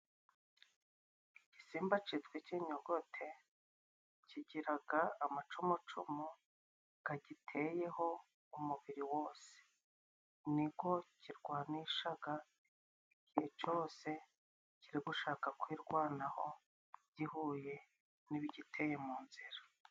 Igisimba citwa ikinyogote kigiraga amacumucumu gagiteyeho umubiri wose ni go kirwanishaga igihe cyose kiri gushaka kwirwanaho gihuye n'ibigiteye mu nzira.